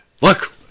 look